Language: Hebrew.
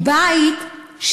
מבית,